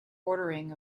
ordering